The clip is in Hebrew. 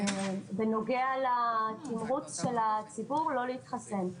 בנוגע לתימרוץ של הציבור לא להתחסן.